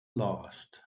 lost